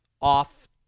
off